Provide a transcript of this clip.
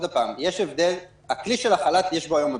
בכלי של החל"ת יש היום abuse.